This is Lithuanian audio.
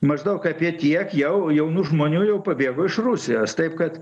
maždaug apie tiek jau jaunų žmonių jau pabėgo iš rusijos taip kad